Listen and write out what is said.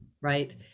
right